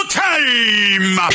time